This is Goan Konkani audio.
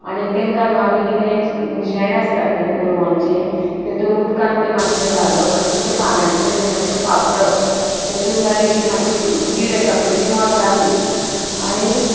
आनी तेंकां न्हू आमी कितें शेण आसता पळय गोरवांचें तितूंत उदकांत तें मातशें घालप आनी तेच्या पानांचेर तें मातशें फापडप तेतूंत मागीर ती मातशी कीड आसा पळय ती मरताली आनी